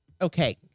okay